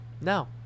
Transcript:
No